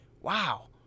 Wow